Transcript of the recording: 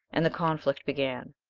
and the conflict began.